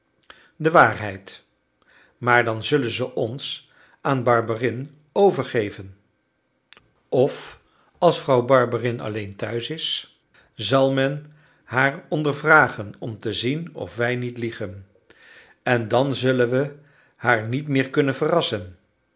de waarheid maar dan zullen ze ons aan barberin overgeven of als vrouw barberin alleen thuis zal men haar ondervragen om te zien of wij niet liegen en dan zullen we haar niet meer kunnen verrassen